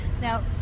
Now